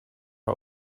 out